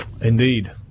indeed